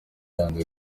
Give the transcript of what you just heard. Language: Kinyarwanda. yanze